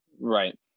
Right